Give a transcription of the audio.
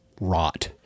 rot